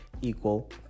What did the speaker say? equal